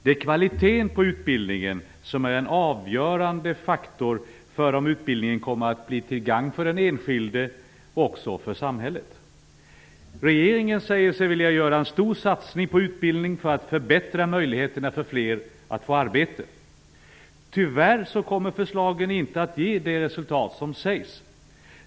Det är kvaliteten på utbildningen som är en avgörande faktor för om utbildningen kommer att bli till gagn för den enskilde och också för samhället. Regeringen säger sig vilja göra en stor satsning på utbildning för att förbättra möjligheterna för fler att få arbete. Tyvärr kommer förslagen inte att ge de resultat som sägs.